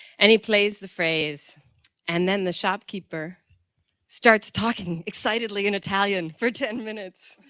and it plays the phrase and then the shopkeeper starts talking excitedly in italian for ten minutes.